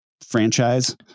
franchise